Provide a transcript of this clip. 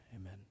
amen